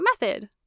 method